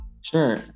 sure